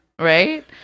right